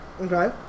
Okay